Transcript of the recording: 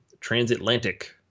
Transatlantic